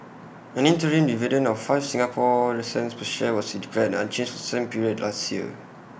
an interim dividend of five Singapore recent per share was declared unchanged the same period last year